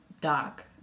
doc